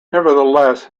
nevertheless